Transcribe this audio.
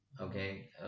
okay